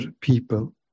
people